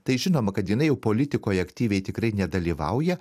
tai žinoma kad jinai jau politikoje aktyviai tikrai nedalyvauja